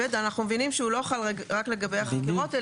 אנחנו מבינים שהוא לא חל רק לגבי החקירות,